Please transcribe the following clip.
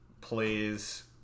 plays